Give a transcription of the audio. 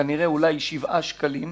אולי שבעה שקלים.